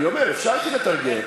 אני אומר: אפשרתי לתרגם.